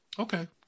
Okay